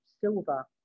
silver